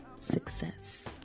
success